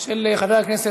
חבר הכנסת